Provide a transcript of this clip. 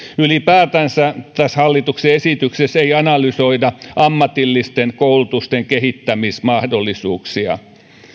ylipäätänsä tässä hallituksen esityksessä ei analysoida ammatillisten koulutusten kehittämismahdollisuuksia